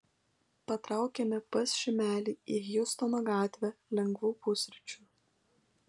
patraukėme pas šimelį į hjustono gatvę lengvų pusryčių